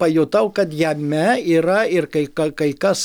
pajutau kad jame yra ir kai ka kai kas